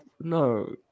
no